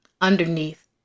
underneath